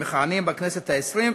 המכהנים בכנסת העשרים,